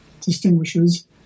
distinguishes